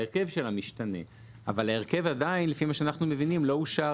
ההרכב שלה משתנה ולפי מה שאנחנו מבינים ההרכבה עדיין לא אושר